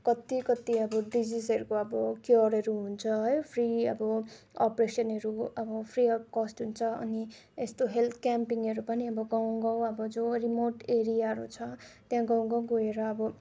कत्ति कत्ति अब डिजिसहरूको अब क्योरहरू हुन्छ है फ्री अब अप्रेसनहरू अब फ्री अफ कस्ट हुन्छ अनि यस्तो हेल्थ क्याम्पिङहरू पनि अब गाउँ गाउँ अब जो रिमोट एरियाहरू छ त्यहाँ गाउँ गाउँ गएर अब